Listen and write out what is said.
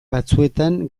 batzuetan